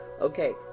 Okay